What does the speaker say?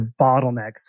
bottlenecks